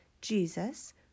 Jesus